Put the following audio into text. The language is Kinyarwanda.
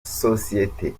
sosiyete